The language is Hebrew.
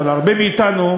אבל הרבה מאתנו,